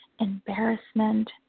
embarrassment